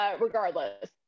regardless